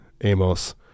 Amos